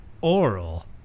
oral